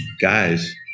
guys